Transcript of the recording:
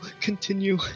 continue